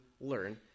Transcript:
learn